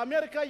לאמריקה,